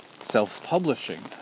self-publishing